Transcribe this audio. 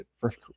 First